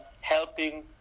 helping